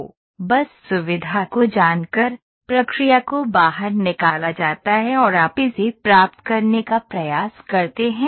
तो बस सुविधा को जानकर प्रक्रिया को बाहर निकाला जाता है और आप इसे प्राप्त करने का प्रयास करते हैं